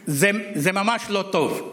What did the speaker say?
זה ממש לא טוב.